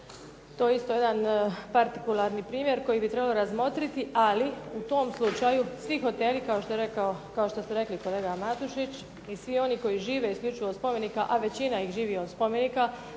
To je isto jedan partikularni primjer koji bi trebalo razmotriti, ali u tom slučaju svi hoteli, kao što ste rekli kolega Matušić, i svi oni koji žive isključivo od spomenika, a većina ih živi od spomenika